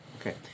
Okay